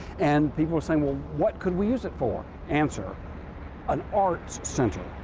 and people were saying, well, what could we use it for? answer an arts center.